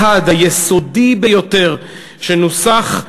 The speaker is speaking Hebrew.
החד, היסודי ביותר, שנוסח,